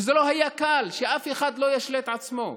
וזה לא היה קל, שאף אחד לא ישלה את עצמו.